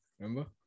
Remember